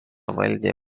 valdė